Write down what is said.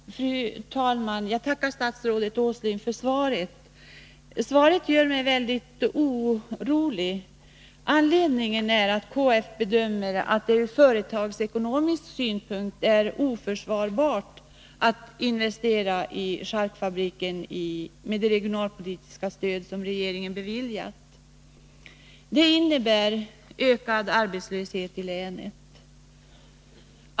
Fru talman! Jag tackar statsrådet Åsling för svaret. Svaret gör mig emellertid väldigt orolig. Aniedningen är att KF bedömer att det ur företagsekonomisk synpunkt är oförsvarbart att investera i charkuterifabriken med det regionalpolitiska stöd som regeringen beviljat. Det innebär ökad arbetslöshet i länet.